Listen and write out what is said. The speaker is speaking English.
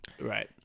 Right